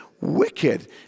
wicked